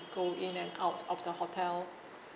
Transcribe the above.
go in and out of the hotel